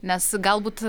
nes galbūt